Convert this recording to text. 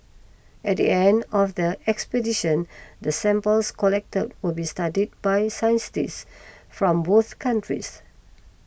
at the end of the expedition the samples collected will be studied by scientists from both countries